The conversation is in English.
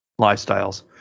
lifestyles